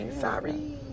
Sorry